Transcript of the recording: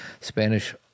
Spanish